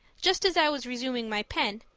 just as i was resuming my pen,